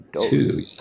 two